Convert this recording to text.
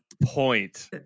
Point